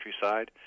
countryside